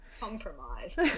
Compromised